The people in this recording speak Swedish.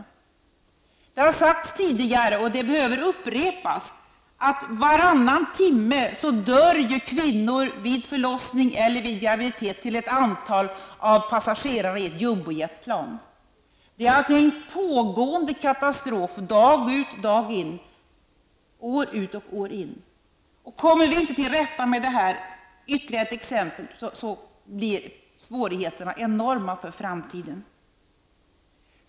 Det har sagts tidigare -- och det behöver upprepas -- att varannan timme dör lika många kvinnor vid förlossning eller graviditet som antalet passagerare i ett jumbojetplan. Det är alltså en pågående katastrof, dag ut och dag in, år ut och år in. Kommer vi inte till rätta med detta, så blir svårigheterna enorma för framtiden.